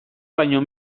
baino